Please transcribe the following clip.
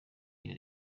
iyo